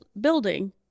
building